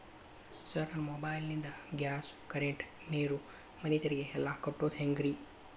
Sir ನನ್ನ mobile ನಿಂದ gas, current, ನೇರು, ಮನೆ ತೆರಿಗೆ ಎಲ್ಲಾ ಕಟ್ಟೋದು ಹೆಂಗ್ರಿ?